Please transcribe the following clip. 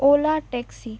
ola taxi